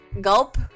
gulp